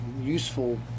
useful